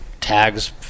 tags